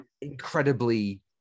incredibly